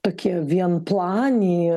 tokie vienplaniai